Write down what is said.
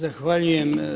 Zahvaljujem.